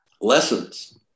lessons